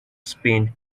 spain